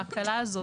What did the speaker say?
בהקלה הזאת,